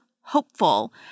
hopeful